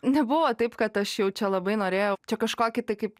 nebuvo taip kad aš jau čia labai norėjau čia kažkokį tai kaip